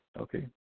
Okay